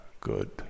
good